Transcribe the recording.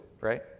right